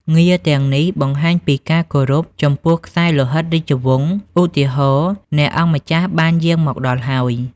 ងារទាំងនេះបង្ហាញពីការគោរពចំពោះខ្សែលោហិតរាជវង្ស ឧទាហរណ៍ អ្នកអង្គម្ចាស់បានយាងមកដល់ហើយ។